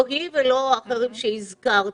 לא היא ולא האחרים שהזכרתי